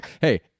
Hey